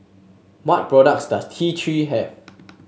what products does T Three have